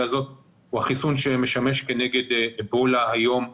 הזאת הוא החיסון שמשמש כנגד אבולה היום באפריקה,